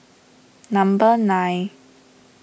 number nine